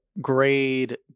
grade